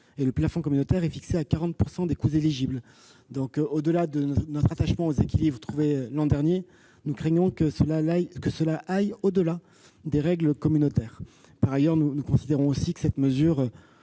Or le plafond communautaire est fixé à 40 % des coûts éligibles. Donc au-delà de notre attachement aux équilibres trouvés l'an dernier, nous craignons que cela aille au-delà des règles communautaires. Par ailleurs, nous considérons aussi que cette mesure